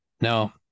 Now